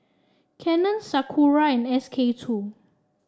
Canon Sakura and SK two